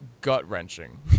gut-wrenching